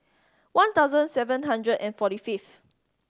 one thousand seven hundred and forty fifth